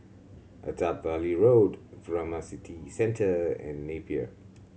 Attap Valley Road Furama City Centre and Napier